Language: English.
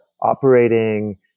operating